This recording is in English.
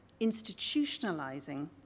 institutionalizing